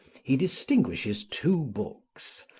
he distinguishes two books,